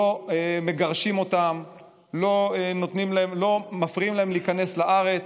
לא מגרשים אותם, לא מפריעים להם להיכנס לארץ.